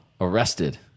arrested